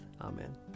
Amen